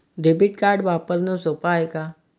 Debit card वापरणं सोप हाय का?